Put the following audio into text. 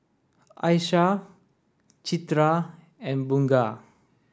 Aishah Citra and Bunga